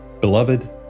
Beloved